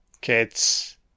kids